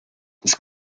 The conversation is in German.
des